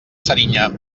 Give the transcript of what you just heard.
serinyà